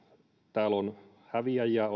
täällä on häviäjiä